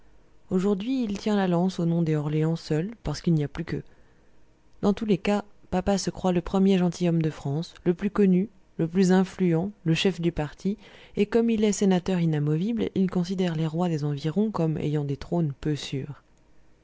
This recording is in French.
aujourd'hui il tient la lance au nom des orléans seuls parce qu'il n'y a plus qu'eux dans tous les cas papa se croit le premier gentilhomme de france le plus connu le plus influent le chef du parti et comme il est sénateur inamovible il considère les rois des environs comme ayant des trônes peu sûrs